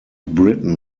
britain